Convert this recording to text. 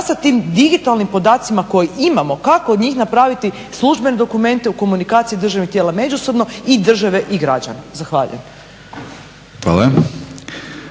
sa tim digitalnim podacima koje imamo, kako od njih napraviti službene dokumente u komunikaciji državnih tijela međusobno i države i građana. Zahvaljujem.